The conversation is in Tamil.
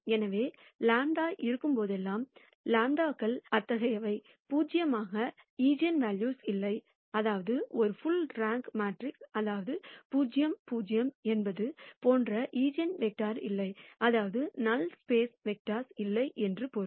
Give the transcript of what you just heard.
எனவே λ இருக்கும் போதெல்லாம் லாம்ப்டாக்கள் அத்தகையவை பூஜ்ஜியமாக ஈஜென்வெல்யூ இல்லை அதாவது ஒரு புள் ரேங்க் மேட்ரிக்ஸ் அதாவது 0 0 என்பது போன்ற ஈஜென்வெக்டர் இல்லை அதாவது நல் ஸ்பேஸ்வெக்டர்ஸ் இல்லை என்று பொருள்